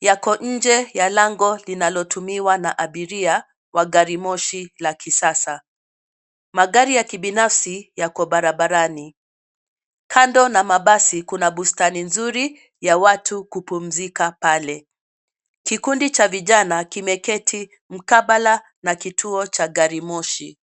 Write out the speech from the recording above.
Yako nje ya lango linalotumiwa na abiria wa gari moshi la kisasa. Magari ya kibinafsi yako barabarani. Kando na mabasi kuna bustani nzuri ya watu kupumzika pale. Kikundi cha vijana kimeketi mkabala na kituo cha gari moshi.